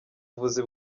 buvuzi